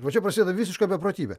va čia prasideda visiška beprotybė